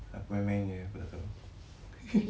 aku main-main jer aku tak tahu